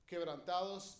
Quebrantados